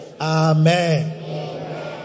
amen